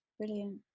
brilliant